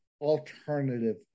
alternative